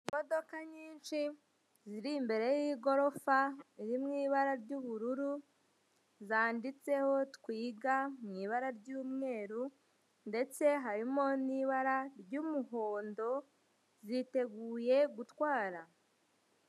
Imodoka nyinshi ziri imbere y'igorofa riri mu ibara ry'ubururu zanditseho twiga mu ibara ry'umweru ndetse harimo n'ibara ry'umuhondo ziteguye gutwara.